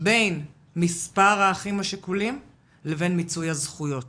בין מספר האחים השכולים לבין מיצוי הזכויות.